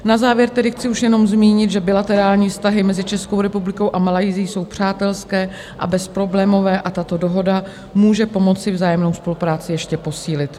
a závěr tedy chci už jenom zmínit, že bilaterální vztahy mezi Českou republikou a Malajsií jsou přátelské, bezproblémové a tato dohoda může pomoci vzájemnou spolupráci ještě posílit.